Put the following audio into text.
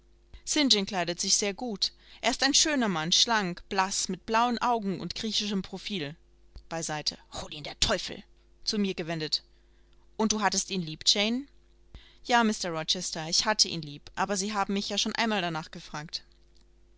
kleidet sich sehr gut er ist ein schöner mann schlank blaß mit blauen augen und griechischem profil beiseite hol ihn der teufel zu mir gewendet und hattest du ihn lieb jane ja mr rochester ich hatte ihn lieb aber sie haben mich ja schon einmal danach gefragt